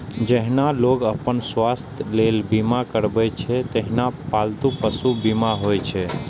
जहिना लोग अपन स्वास्थ्यक लेल बीमा करबै छै, तहिना पालतू पशुक बीमा होइ छै